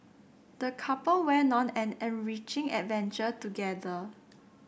the couple went on an enriching adventure together